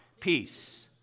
Peace